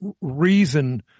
reason